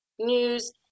news